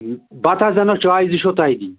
بتہٕ حظ اَنو چایہِ زٕ چھو تۄہہِ دِنۍ